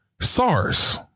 SARS